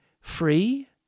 free